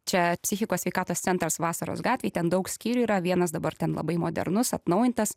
čia psichikos sveikatos centras vasaros gatvėj ten daug skyrių yra vienas dabar ten labai modernus atnaujintas